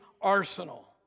arsenal